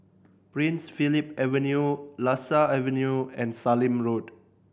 Prince Philip Avenue Lasia Avenue and Sallim Road